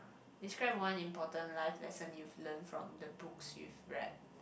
describe one important life lesson you've learn from the books you've read